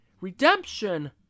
redemption